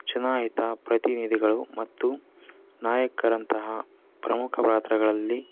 ಚುನಾಯಿತ ಪ್ರತಿನಿಧಿಗಳು ಮತ್ತು ನಾಯಕರಂತಹ ಪ್ರಮುಖ ಪಾತ್ರಗಳಲ್ಲಿ